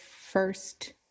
first